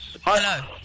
Hello